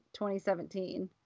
2017